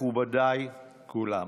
מכובדיי כולם,